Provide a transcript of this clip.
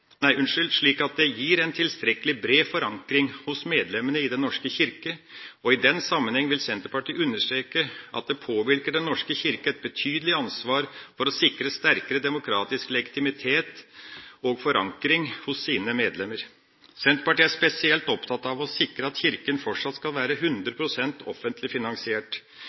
det gir en tilstrekkelig bred forankring hos medlemmene i Den norske kirke. I den sammenheng vil Senterpartiet understreke at det påhviler Den norske kirke et betydelig ansvar for å sikre sterkere demokratisk legitimitet og forankring hos sine medlemmer. Senterpartiet er spesielt opptatt av å sikre at Kirka fortsatt skal være 100 pst. offentlig finansiert.